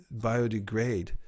biodegrade